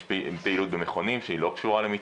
יש פעילות במכונים שהיא לא קשורה למיטה.